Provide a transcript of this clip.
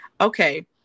Okay